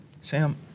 Sam